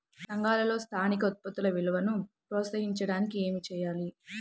సంఘాలలో స్థానిక ఉత్పత్తుల విలువను ప్రోత్సహించడానికి ఏమి చేయాలి?